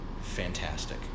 fantastic